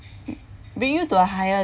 bring you to a higher